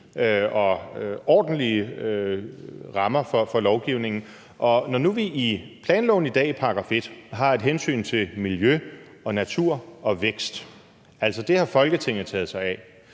og ordentlige rammer for lovgivningen. Når nu vi i planloven i dag i § 1 har et hensyn til miljø og natur og vækst – det har Folketinget taget sig af